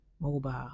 mobile